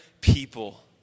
people